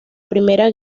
primera